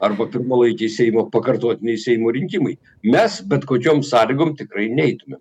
arba pirmalaikiai seimo pakartotiniai seimo rinkimai mes bet kokiom sąlygom tikrai neitumėm